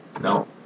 no